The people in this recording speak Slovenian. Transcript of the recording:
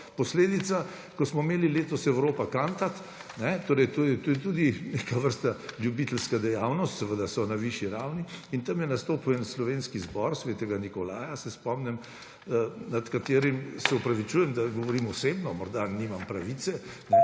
posledica tega, ko smo imeli letos Europa Cantat, to je tudi neke vrste ljubiteljska dejavnost, seveda so na višji ravni. In tam je nastopil en slovenski zbor – Zbor sv. Nikolaja, se spomnim, se opravičujem, da govorim osebno, morda nimam pravice,